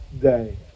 day